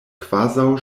kvazaŭ